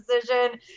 decision